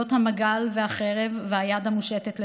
להיות המגל והחרב והיד המושתת לשלום,